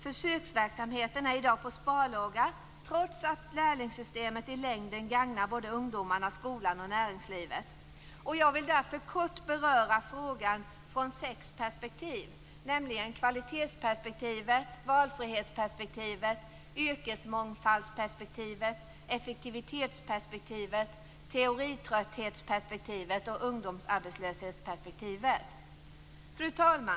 Försöksverksamheten är i dag på sparlåga, trots att lärlingssystemet i längden gagnar både ungdomarna, skolan och näringslivet. Jag vill därför kort beröra frågan från sex olika perspektiv, nämligen kvalitetsperspektivet, valfrihetsperspektivet, yrkesmångfaldsperspektivet, effektivitetsperspektivet, teoritrötthetsperspektivet och ungdomsarbetslöshetsperspektivet. Fru talman!